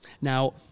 Now